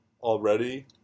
already